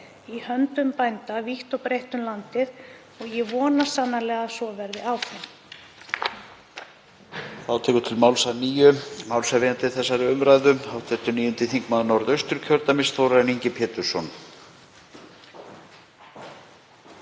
í höndum bænda vítt og breitt um landið og ég vona sannarlega að svo verði áfram.